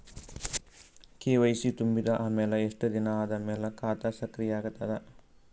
KYC ತುಂಬಿದ ಅಮೆಲ ಎಷ್ಟ ದಿನ ಆದ ಮೇಲ ಖಾತಾ ಸಕ್ರಿಯ ಅಗತದ?